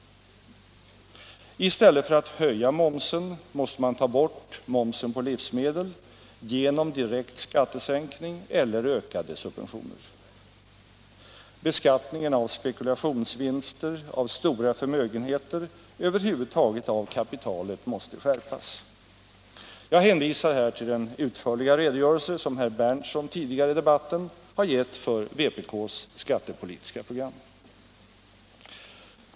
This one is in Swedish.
I stället för att höja momsen måste man ta bort momsen på livsmedel — genom direkt skattesänkning eller ökade subventioner. Beskattningen av spekulationsvinster, av stora förmögenheter, över huvud taget av kapitalet, måste skärpas. Jag hänvisar till den utförliga redogörelse som herr Berndtson tidigare i debatten givit för vpk:s skattepolitiska program.